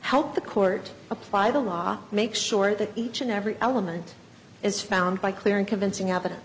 help the court apply the law make sure that each and every element is found by clear and convincing evidence